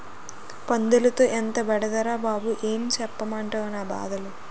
పందులతో ఎంతో బెడదరా బాబూ ఏం సెప్పమంటవ్ నా బాధలు